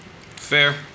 Fair